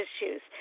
issues